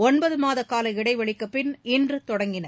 ஒன்பது மாத கால இடைவெளிக்குப் பின் இன்று தொடங்கின